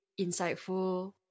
insightful